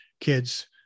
kids